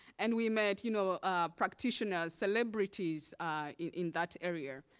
and we met you know practitioners, celebrities in that area.